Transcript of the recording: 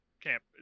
camp